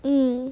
mm